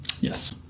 Yes